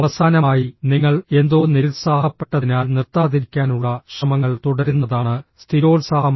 അവസാനമായി നിങ്ങൾ എന്തോ നിരുത്സാഹപ്പെട്ടതിനാൽ നിർത്താതിരിക്കാനുള്ള ശ്രമങ്ങൾ തുടരുന്നതാണ് സ്ഥിരോത്സാഹം